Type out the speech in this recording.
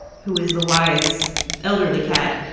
who is the wise elderly cat,